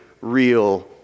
real